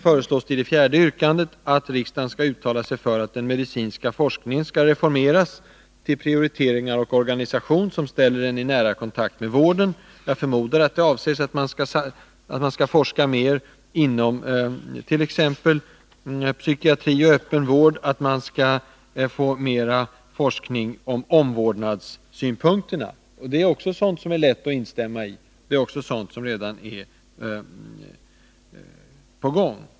I det fjärde yrkandet föreslås att riksdagen skall uttala sig för ”att den medicinska forskningen skall reformeras till prioriteringar och organisation som ställer den i nära kontakt med vården”. Jag förmodar att det avses att man skall forska mer inom t.ex. psykiatri och öppen vård och att man skall få mer forskning om omvårdnadssynpunkterna. Det är också sådant som det är lätt att instämma i, och det är också sådant som redan är på gång.